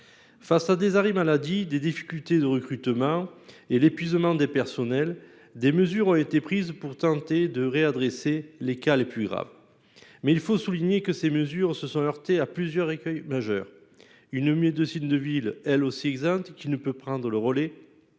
Face aux arrêts maladie, aux difficultés de recrutement et à l'épuisement des personnels, des mesures ont été prises pour renvoyer vers d'autres structures les cas les plus graves. Mais il faut souligner que ces mesures se sont heurtées à plusieurs écueils majeurs. En effet, la médecine de ville, elle aussi exsangue, ne peut prendre le relais